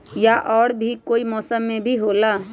या और भी कोई मौसम मे भी होला?